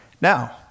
Now